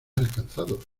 alcanzado